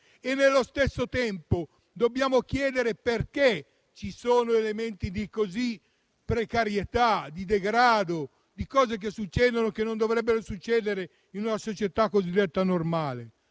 Allo stesso tempo, dobbiamo chiedere perché ci sono tali elementi di precarietà e di degrado e perché succedono cose che non dovrebbero succedere in una società cosiddetta normale.